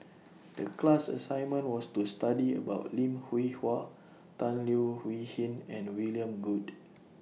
The class assignment was to study about Lim Hwee Hua Tan Leo Wee Hin and William Goode